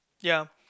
ya